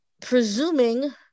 presuming